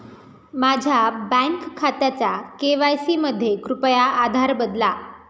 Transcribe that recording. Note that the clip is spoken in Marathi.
माझ्या बँक खात्याचा के.वाय.सी मध्ये कृपया आधार बदला